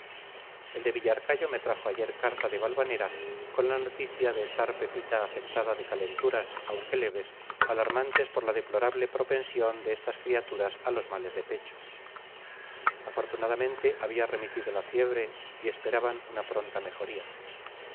el de villarcayo me trajo ayer carta de valvanera con la noticia de estar pepita afectada de calenturas aunque leves alarmantes por la deplorable propensión de esas criaturas a los males de pecho afortunadamente había remitido la fiebre y esperaban una pronta mejoría